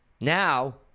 Now